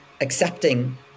accepting